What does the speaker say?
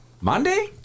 Monday